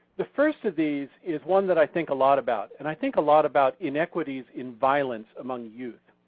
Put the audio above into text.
the first of these is one that i think a lot about and i think a lot about inequities in violence among youth.